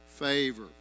favor